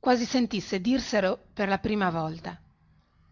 quasi sentisse dirselo per la prima volta